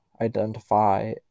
identify